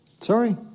Sorry